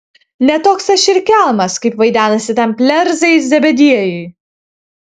ne toks aš ir kelmas kaip vaidenasi tam plerzai zebediejui